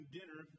dinner